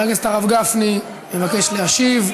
חבר הכנסת גפני מבקש להשיב.